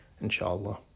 inshallah